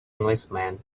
englishman